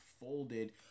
folded